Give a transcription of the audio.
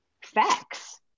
facts